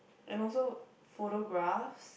and also photographs